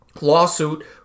lawsuit